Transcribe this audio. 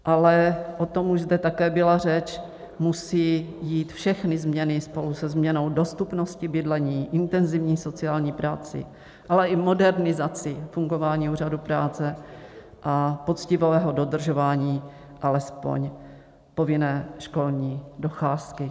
Ale už zde také byla řeč, musí jít všechny změny spolu se změnou dostupnosti bydlení, intenzivní sociální prací, ale i modernizací fungování úřadů práce a poctivého dodržování alespoň povinné školní docházky.